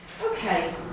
Okay